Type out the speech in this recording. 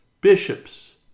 bishops